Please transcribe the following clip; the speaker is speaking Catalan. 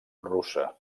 russa